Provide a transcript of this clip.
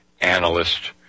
analyst